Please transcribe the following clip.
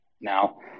Now